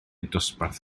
dosbarth